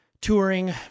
touring